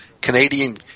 Canadian